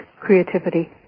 creativity